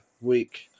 week